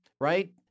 right